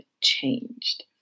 changed